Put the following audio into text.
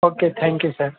okay thank you sir